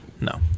No